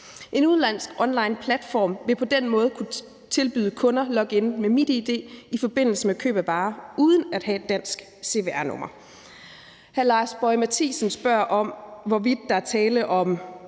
En udenlandsk onlineplatform vil på den måde kunne tilbyde kunder login med MitID i forbindelse med køb af varer uden at have et dansk cvr-nummer. Hr. Lars Boje Mathiesen spørger om, hvorvidt der er tale om